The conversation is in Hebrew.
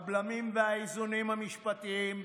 הבלמים והאיזונים המשפטיים,